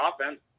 offense